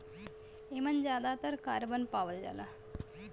एमन जादातर कारबन पावल जाला